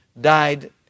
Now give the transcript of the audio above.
died